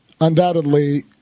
undoubtedly